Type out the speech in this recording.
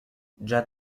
già